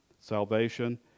salvation